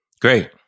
great